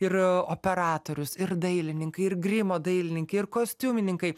ir operatorius ir dailininkai ir grimo dailininkė ir kostiumininkai